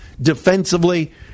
defensively